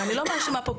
אני לא מאשימה פה,